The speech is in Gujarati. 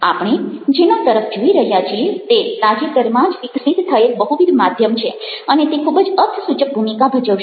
આપણે જેના તરફ જોઈ રહ્યા છીએ તે તાજેતરમાં જ વિકસિત થયેલ બહુવિધ માધ્યમ છે અને તે ખૂબ જ અર્થસૂચક ભૂમિકા ભજવશે